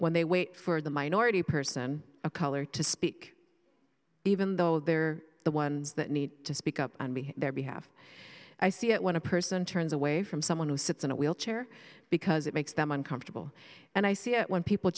when they wait for the minority person of color to speak even though they're the ones that need to speak up their behalf i see it when a person turns away from someone who sits in a wheelchair because it makes them uncomfortable and i see it when people